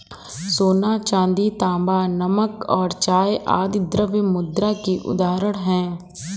सोना, चांदी, तांबा, नमक और चाय आदि द्रव्य मुद्रा की उदाहरण हैं